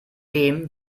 dem